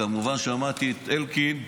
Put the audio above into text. כמובן, שמעתי את אלקין: